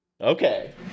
Okay